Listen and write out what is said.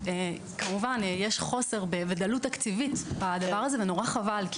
יש חוסר ודלות תקציבית בדבר הזה ונורא חבל,